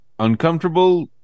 uncomfortable